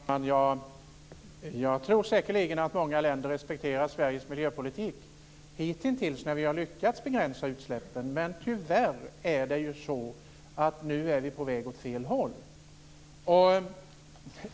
Fru talman! Jag tror säkerligen att många länder respekterar Sveriges miljöpolitik. Det har gällt hitintills, när vi har lyckats att begränsa utsläppen. Men tyvärr är vi nu på väg åt fel håll.